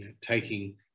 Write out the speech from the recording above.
taking